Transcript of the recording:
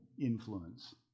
Influence